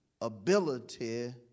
ability